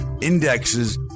indexes